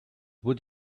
would